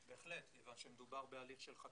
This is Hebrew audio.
בהחלט, כיוון שמדובר בהליך של חקיקה.